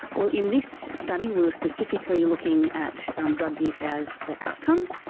well, in this study we were specifically looking at um drug use as the outcome,